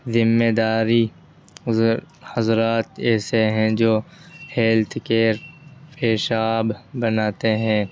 ذمہ داری حضرات ایسے ہیں جو ہیلتھ کیئر پیشاب بناتے ہیں